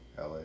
LA